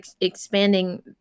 expanding